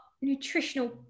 nutritional